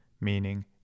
meaning